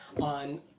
on